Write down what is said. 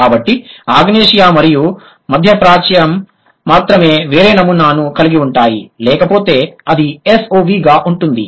కాబట్టి ఆగ్నేయాసియా మరియు మధ్యప్రాచ్యం మాత్రమే వేరే నమూనాను కలిగి ఉంటాయి లేకపోతే అది SOV గా ఉంటుంది